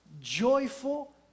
joyful